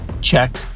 Check